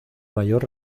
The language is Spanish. mayor